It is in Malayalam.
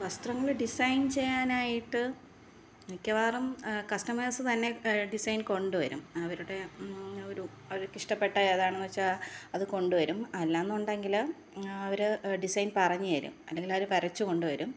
വസ്ത്രങ്ങള് ഡിസൈന് ചെയ്യാനായിട്ട് മിക്കവാറും കസ്റ്റമേഴ്സ് തന്നെ ഡിസൈന് കൊണ്ടുവരും അവരുടെ ഒരു അവരിക്കിഷ്ടപ്പെട്ട ഏതാണെന്നു വെച്ചാൽ അത് കൊണ്ടുവരും അല്ലായെന്നുണ്ടെങ്കിൽ അവർ ഡിസൈന് പറഞ്ഞു തരും അല്ലെങ്കിൽ അവർ വരച്ചു കൊണ്ടുവരും